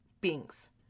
beings